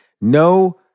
No